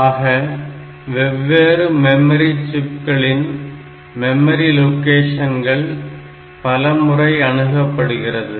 ஆக வெவ்வேறு மெமரி சிப்களின் மெமரி லொகேஷன்கள் பலமுறை அணுகப்படுகிறது